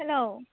hello